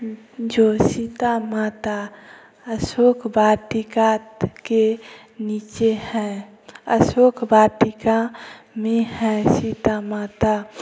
जो सीता माता अशोक वाटिका के नीचे हएँ अशोक वाटिका में है सीता माता